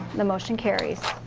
the motion carries.